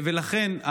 לכן,